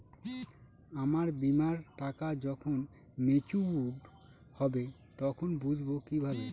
আমার বীমার টাকা যখন মেচিওড হবে তখন বুঝবো কিভাবে?